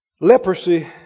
Leprosy